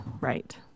right